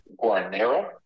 Guarnero